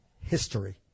history